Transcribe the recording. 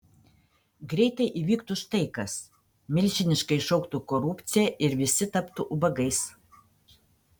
greitai įvyktų štai kas milžiniškai išaugtų korupcija ir visi taptų ubagais